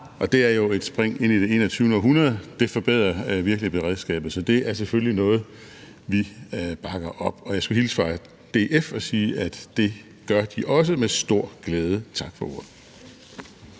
det er jo et spring ind i det 21. århundrede. Det forbedrer virkelig beredskabet, så det er selvfølgelig noget, som vi bakker op. Jeg skulle hilse fra DF og sige, at det gør de også med stor glæde. Tak for ordet.